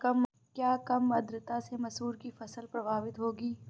क्या कम आर्द्रता से मसूर की फसल प्रभावित होगी?